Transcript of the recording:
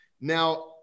now